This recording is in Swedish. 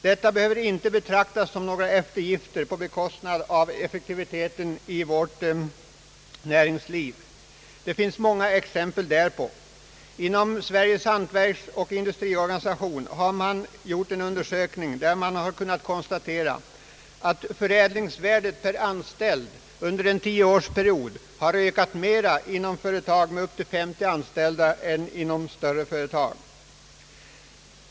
Detta behöver inte betraktas som några eftergifter på bekostnad av effektiviteten i vårt näringsliv. Det finns många exempel därpå. Enligt en undersökning som verkställts inom Sveriges hantverksoch industriorganisation har det visat sig att förädlingsvärdet per anställd under en tioårsperiod har ökat mest inom gruppen företag med upp till 50 anställda.